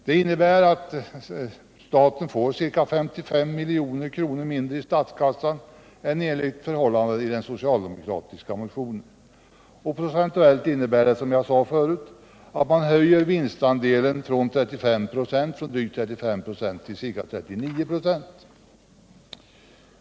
Det innebär ca 55 miljoner mindre till statskassan i förhållande till den socialdemokratiska motionens förslag. Procentuellt betyder det, som jag påpekat förut, att man höjer vinstandelen från drygt 35 96 till 39 96.